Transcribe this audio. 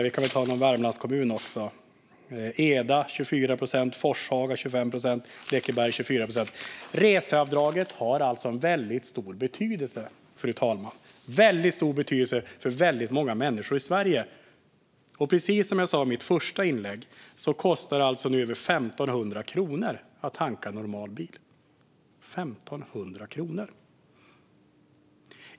Vi kan väl ta några Värmlandskommuner också: Eda har 24 procent, Forshaga har 25 procent och Lekeberg har 24 procent. Reseavdraget har alltså väldigt stor betydelse, fru talman. Det har väldigt stor betydelse för väldigt många människor i Sverige. Precis som jag sa i mitt första inlägg kostar det nu alltså över 1 500 kronor att tanka en normal bil - 1 500 kronor!